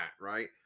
right